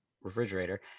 refrigerator